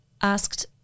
asked